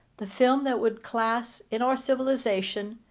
the film that would class, in our civilization,